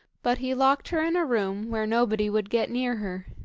but he locked her in a room where nobody would get near her.